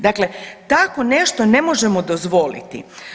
Dakle, tako nešto ne možemo dozvoliti.